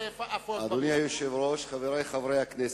אדוני היושב-ראש, חברי חברי הכנסת,